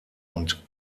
und